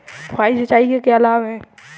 फुहारी सिंचाई के क्या लाभ हैं?